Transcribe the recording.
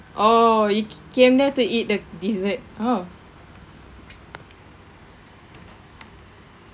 oh you c~ came there to eat the desert oh